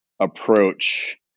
approach